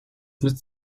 nützt